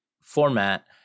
format